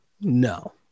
No